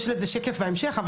יש לזה שקף בהמשך,